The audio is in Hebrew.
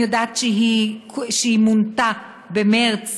אני יודעת שהיא מונתה במרס